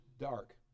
dark